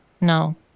no